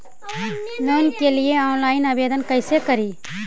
Loan के लिये online आवेदन कैसे करि?